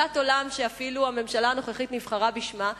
תפיסת עולם שאפילו הממשלה הנוכחית נבחרה בשמה,